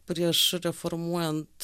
prieš reformuojant